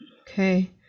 Okay